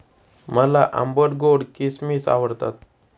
मला आंबट गोड किसमिस आवडतात